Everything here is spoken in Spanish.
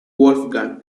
wolfgang